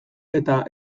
eta